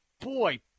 boy